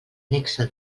nexe